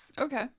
Okay